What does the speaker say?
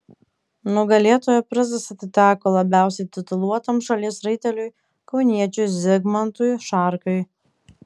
nugalėtojo prizas atiteko labiausiai tituluotam šalies raiteliui kauniečiui zigmantui šarkai